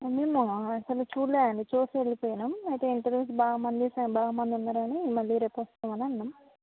అన్ని ఉన్నాయా అసలు చూడలేదండి చూసివెళ్ళిపోయాం అయితే ఇంటర్వ్యూస్ బామంది బాగా మంది ఉన్నారని మళ్ళీ రేపు వస్తామని అన్నాం